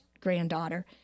granddaughter